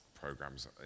programs